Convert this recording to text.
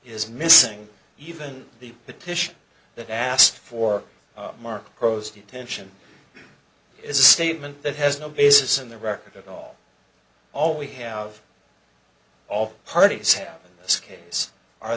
is missing even the petition that asked for marc crosas detention is a statement that has no basis in the record at all all we have all parties have this case